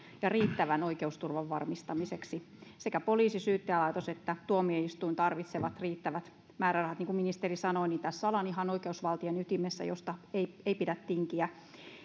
ja riittävän oikeusturvan varmistamiseksi sekä poliisi että syyttäjä ja tuomioistuinlaitokset tarvitsevat riittävät määrärahat niin kuin ministeri sanoi tässä ollaan ihan oikeusvaltion ytimessä josta ei ei pidä tinkiä